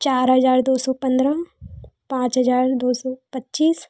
चार हज़ार दो सौ पंद्रह पाँच हज़ार दो सौ पच्चीस